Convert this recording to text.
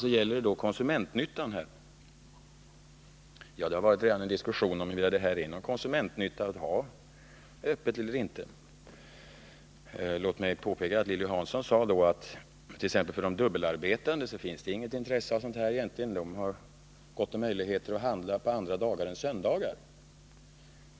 När det sedan gäller konsumentnyttan så har det redan varit en diskussion om huruvida det är till nytta för konsumenterna att ha öppet. I det sammanhanget sade Lilly Hansson att t.ex. dubbelarbetande inte har något intresse av sådana öppettider, eftersom de har gott om möjligheter att handla på andra dagar än söndagar.